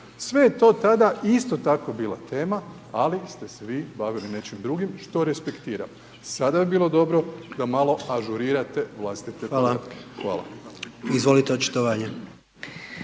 sve je to tada isto tako bila tema, ali ste se vi bavili nečim drugim što respektiram. Sada bi bilo dobro da malo ažurirate vlastite …/Upadica: